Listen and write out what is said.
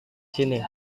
sini